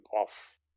off